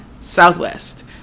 Southwest